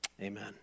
amen